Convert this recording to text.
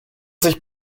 sich